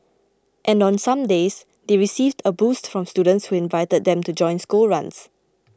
and on some days they received a boost from students who invited them to join school runs